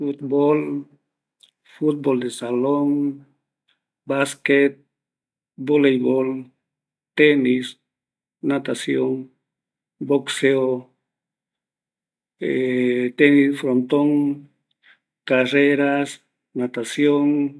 Futboll, Futbol de Salón, Vasquet, Voleibol, Tenis, Natacion, Boxeo, ˂hesitation˃ Tenis de Pontón, Carrera, natación